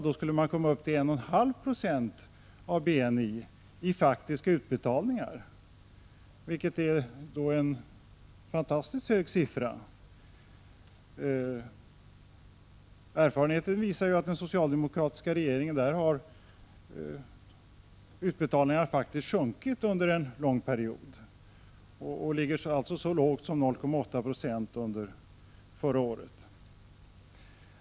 Då skulle man komma upp till 1,5 26 av BNI i faktiska utbetalningar, vilket är en mycket hög siffra. Erfarenheter visar att utbetalningarna faktiskt har sjunkit under en lång period av den socialdemokratiska regeringstiden och de låg alltså så lågt som 0,8 20 under förra året.